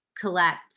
collect